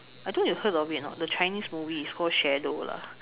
I don't know you heard of it or not the chinese movie is called shadow lah